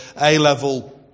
A-level